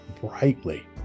brightly